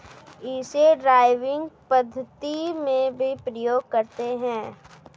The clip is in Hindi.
इसे ड्राइविंग पद्धति में भी प्रयोग करते हैं